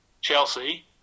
Chelsea